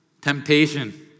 Temptation